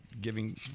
giving